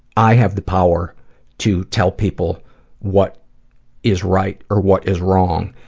i have the power to tell people what is right or what is wrong.